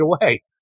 away